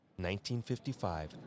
1955